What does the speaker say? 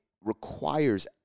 requires